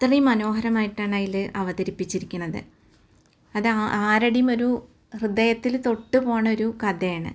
അത്രേം മനോഹരമായിട്ടാണതിൽ അവതരിപ്പിച്ചിരിക്കണത് അത് ആരുടെയുമൊരു ഹൃദയത്തിൽ തൊട്ട് പോണൊരു കഥയാണ്